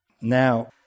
Now